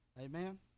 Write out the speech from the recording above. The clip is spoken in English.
Amen